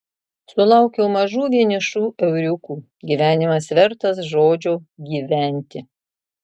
sulaukiau mažų vienišų euriukų gyvenimas vertas žodžio gyventi